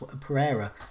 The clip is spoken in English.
Pereira